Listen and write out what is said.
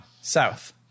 South